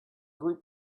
group